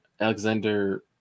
alexander